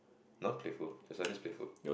no playful it's only playful